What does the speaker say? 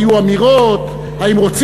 והיו אמירות,